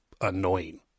annoying